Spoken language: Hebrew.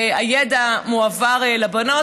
והידע מועבר לבנות,